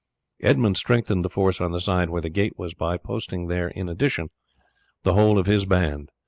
edmund strengthened the force on the side where the gate was by posting there in addition the whole of his band.